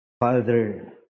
Father